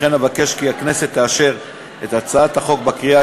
לכן אבקש כי הכנסת תאשר את הצעת החוק בקריאה